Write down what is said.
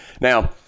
Now